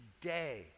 Today